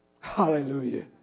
Hallelujah